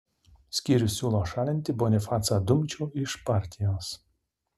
skyrius siūlo šalinti bonifacą dumčių iš partijos